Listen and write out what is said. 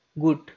good